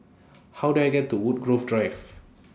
How Do I get to Woodgrove Drive